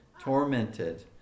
tormented